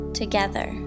together